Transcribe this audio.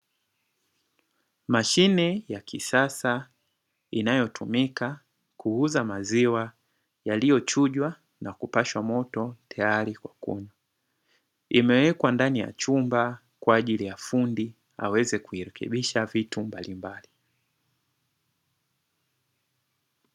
Mashine ya kisasa inayotumika kuuza maziwa, yaliyochujwa na kupashwa moto tayari kwa kunywa imewekwa ndani ya chumba kwa ajili ya fundi aweze kuirekebisha vitu mbali mbali.